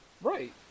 Right